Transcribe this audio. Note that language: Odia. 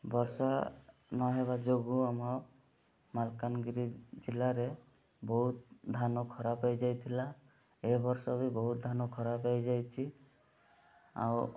ବର୍ଷା ନହେବା ଯୋଗୁଁ ଆମ ମାଲକାନଗିରି ଜିଲ୍ଲାରେ ବହୁତ ଧାନ ଖରାପ ହେଇଯାଇଥିଲା ଏ ବର୍ଷ ବି ବହୁତ ଧାନ ଖରାପ ହୋଇଯାଇଛି ଆଉ